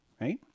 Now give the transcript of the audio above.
right